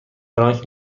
فرانک